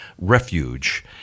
Refuge